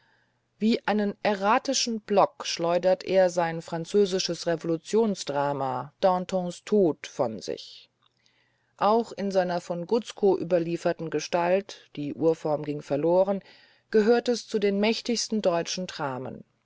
block schleuderte er sein französisches revolutionsdrama dantons tod von sich auch in seiner von gutzkow überlieferten gestalt die urform ging verloren gehört es zu den mächtigsten deutschen dramen